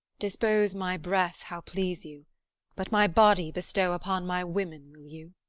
dispose my breath how please you but my body bestow upon my women, will you?